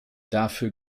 dafür